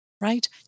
right